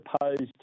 opposed